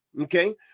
Okay